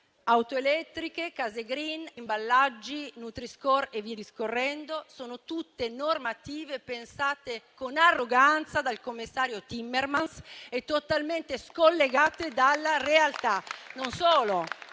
Auto elettriche, case *green*, imballaggi, nutri-score e quant'altro: sono tutte normative pensate con arroganza dal commissario Timmermans e totalmente scollegate dalla realtà!